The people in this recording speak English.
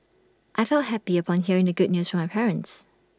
I felt happy upon hearing the good news from my parents